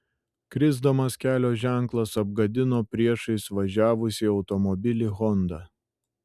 krisdamas kelio ženklas apgadino priešais važiavusį automobilį honda